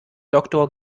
doktor